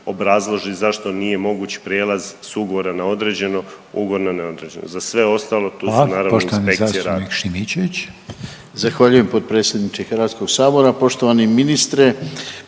obrazloži zašto nije moguć prijelaz s ugovora na određeno ugovor na neodređeno. Za sve ostalu tu su …/Upddica: